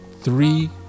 three